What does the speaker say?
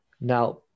Now